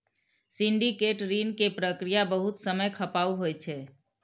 syndicate ऋण के प्रक्रिया बहुत समय खपाऊ होइ छै